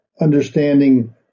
understanding